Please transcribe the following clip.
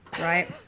right